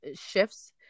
shifts